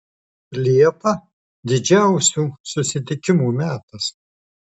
liepa didžiausių susitikimų metas